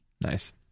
Nice